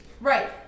Right